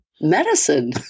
Medicine